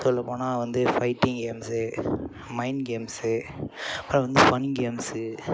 சொல்லப்போனால் வந்து fighting games mind games அது வந்து ஃபன் கேம்ஸு